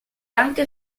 anche